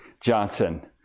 Johnson